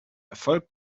erfolg